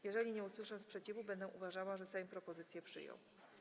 Jeżeli nie usłyszę sprzeciwu, będę uważała, że Sejm propozycje przyjął.